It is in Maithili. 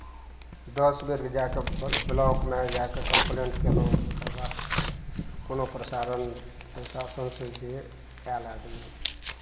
दस बेरके जाए कऽ ब्लॉकमे जाए कऽ कम्प्लेन कयलहूँ तकरबाद कोनो प्रसारण प्रशासनसँ जे आयल आदमी